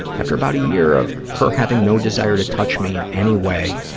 after about a year of her having no desire to touch me in any way,